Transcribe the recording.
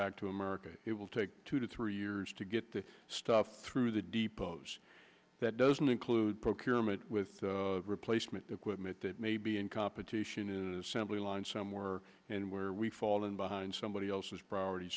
back to america it will take two to three years to get the stuff through the depots that doesn't include procurement with replacement equipment that may be in competition and assembly line somewhere and where we've fallen behind somebody else's priority